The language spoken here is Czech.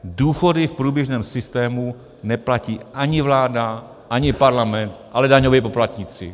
Důchody v průběžném systému neplatí ani vláda, ani parlament, ale daňoví poplatníci.